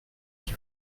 qui